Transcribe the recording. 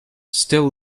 still